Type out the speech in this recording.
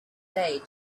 day